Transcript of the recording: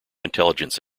intelligence